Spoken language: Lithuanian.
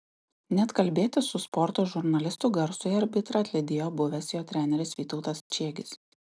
net kalbėtis su sporto žurnalistu garsųjį arbitrą atlydėjo buvęs jo treneris vytautas čiegis